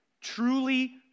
Truly